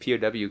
POW